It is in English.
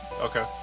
Okay